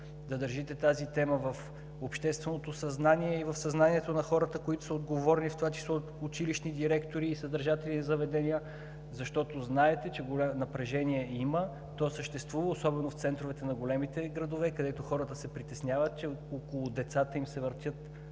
да държите тази тема в общественото съзнание и в съзнанието на хората, които са отговорни, в това число училищни директори, съдържатели на заведения, защото знаете, че напрежение има, то съществува, особено в центровете на големите градове, където хората се притесняват, че около децата им се въртят